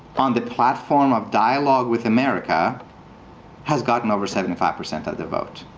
on the platform of dialogue with america has gotten over seventy five percent of the vote.